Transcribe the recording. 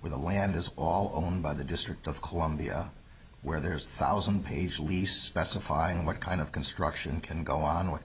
where the land is all owned by the district of columbia where there's a thousand page lease specifying what kind of construction can go on what